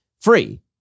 free